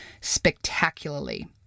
spectacularly